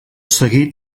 seguit